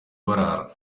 barara